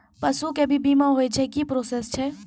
पसु के भी बीमा होय छै, की प्रोसेस छै?